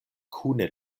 kune